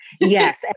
yes